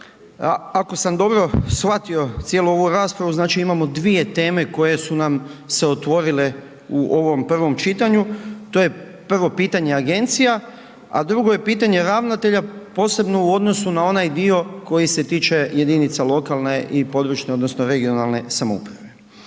ako sam dobro shvatio cijelu ovu raspravu znači imamo dvije teme koje su nam se otvorile u ovom prvom čitanju. To je prvo pitanje agencija, a drugo je pitanje ravnatelja posebno u odnosu na onaj dio koji se tiče jedinica lokalne i područne odnosno regionalne samouprave.